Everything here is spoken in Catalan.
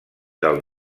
del